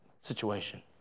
situation